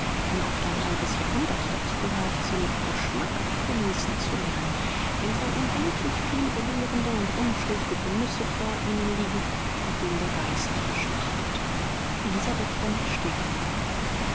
wenn oft ein halbes jahrhundert dazu gehört sie mit geschmack genießen zu lernen wenn so unendlich viel belehrende und unschuldige genüsse vor ihnen liegen nach denen der geist schmachtet elisabeth von stägemann